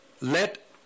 let